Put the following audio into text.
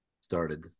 started